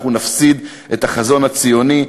אנחנו נפסיד את החזון הציוני,